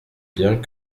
bien